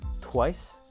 twice